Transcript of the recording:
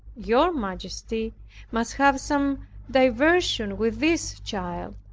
your majesty must have some diversion with this child.